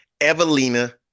Evelina